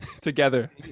together